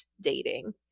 dating